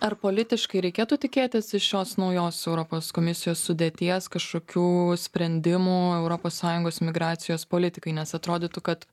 ar politiškai reikėtų tikėtis iš šios naujos europos komisijos sudėties kažkokių sprendimų europos sąjungos migracijos politikai nes atrodytų kad